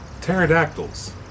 pterodactyls